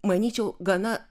manyčiau gana